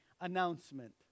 announcement